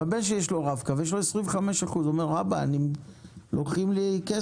לבן שלי יש 25%, והוא אומר: לוקחים לי כסף.